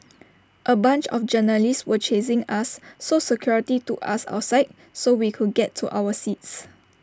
A bunch of journalists were chasing us so security took us outside so we could get to our seats